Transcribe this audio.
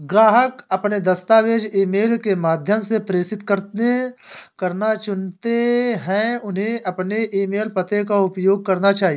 ग्राहक अपने दस्तावेज़ ईमेल के माध्यम से प्रेषित करना चुनते है, उन्हें अपने ईमेल पते का उपयोग करना चाहिए